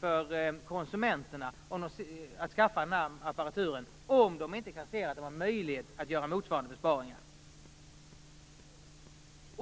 för konsumenterna skapa incitament till att skaffa sig denna apparatur om de inte kan se någon möjlighet att göra besparingar i motsvarande mån.